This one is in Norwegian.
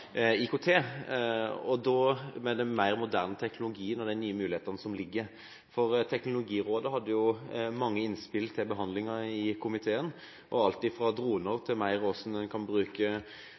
IKT, mer moderne teknologi og de nye mulighetene som ligger der. Teknologirådet hadde mange innspill til behandlingen i komiteen om alt fra droner til hvordan man kan bruke